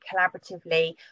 collaboratively